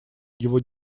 его